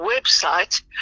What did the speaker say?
website